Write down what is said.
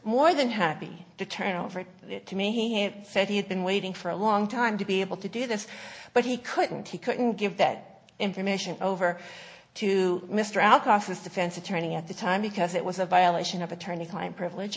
more than happy to turn over to me and said he had been waiting for a long time to be able to do this but he couldn't he couldn't give that information over to mr al crossness defense attorney at the time because it was a violation of attorney client privilege